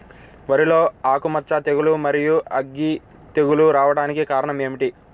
వరిలో ఆకుమచ్చ తెగులు, మరియు అగ్గి తెగులు రావడానికి కారణం ఏమిటి?